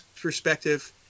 perspective